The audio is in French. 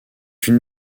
une